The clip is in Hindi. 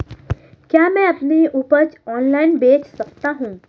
क्या मैं अपनी उपज ऑनलाइन बेच सकता हूँ?